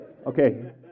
Okay